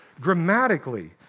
grammatically